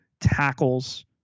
tackles